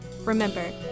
Remember